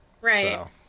Right